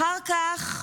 אחר כך,